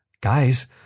Guys